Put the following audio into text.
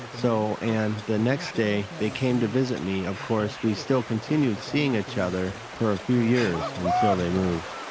but so. and the next day, they came to visit me. of course, we still continued seeing each other for a few years until they moved.